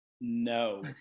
no